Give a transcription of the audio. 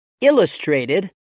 Illustrated